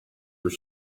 were